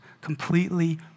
completely